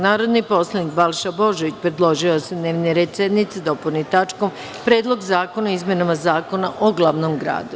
Narodni poslanik Balša Božović predložio je da se dnevni red sednice dopuni tačkom - Predlog zakona o izmenama Zakona o glavnom gradu.